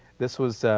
this was